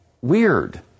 Weird